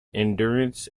endurance